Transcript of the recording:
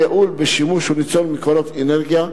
לייעול בשימוש ולניצול מקורות אנרגיה,